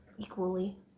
equally